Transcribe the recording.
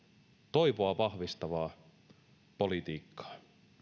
toivoa vahvistavaa politiikkaa